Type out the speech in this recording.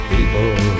People